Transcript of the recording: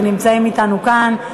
שנמצאים אתנו כאן,